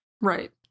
Right